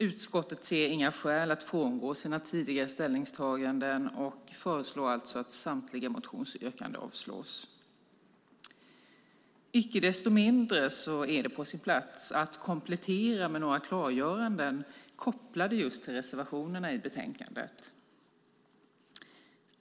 Utskottet ser inga skäl att frångå sina tidigare ställningstaganden och föreslår att samtliga motionsyrkanden avslås. Icke desto mindre är det på sin plats att komplettera med några klargöranden kopplade till reservationerna i betänkandet.